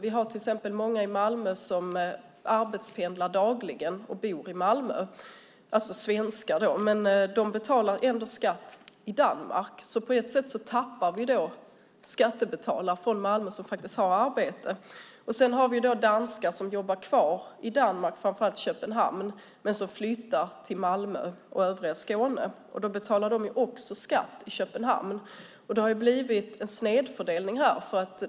Vi har till exempel många svenskar som bor i Malmö och som arbetspendlar dagligen. Men de betalar ändå skatt i Danmark. På ett sätt tappar vi skattebetalare från Malmö som har arbete. Sedan har vi danskar som jobbar kvar i Danmark och framför allt i Köpenhamn men som flyttar till Malmö och övriga Skåne. De betalar också skatt i Köpenhamn. Det har blivit en snedfördelning här.